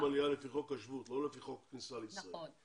עלייה לפי חוק השבות לא לפי חוק כניסה לישראל.